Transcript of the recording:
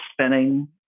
spinning